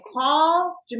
call